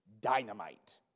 dynamite